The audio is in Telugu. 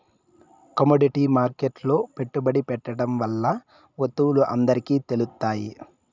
కమోడిటీ మార్కెట్లో పెట్టుబడి పెట్టడం వల్ల వత్తువులు అందరికి తెలుత్తాయి